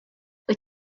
wyt